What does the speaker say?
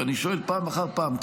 ואני שואל פעם אחר פעם,